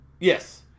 Yes